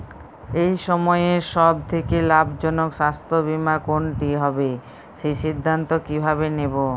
এই সময়ের সব থেকে লাভজনক স্বাস্থ্য বীমা কোনটি হবে সেই সিদ্ধান্ত কীভাবে নেব?